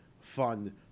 fun